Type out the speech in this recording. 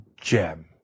gem